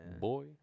boy